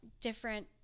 different